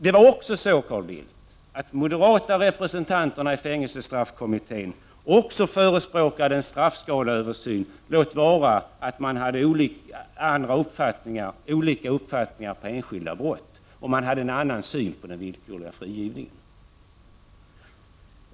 Det var också så, Carl Bildt, att även de moderata ledamöterna i fängelsestraffkommittén förespråkade en straffskaleöversyn — låt vara att man hade olika uppfattningar om enskilda brott och en annan syn på den villkorliga frigivningen.